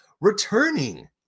returning